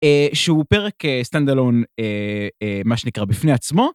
שהוא פרק stand alone מה שנקרא בפני עצמו.